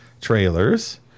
trailers